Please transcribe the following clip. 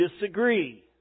disagree